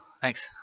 Thanks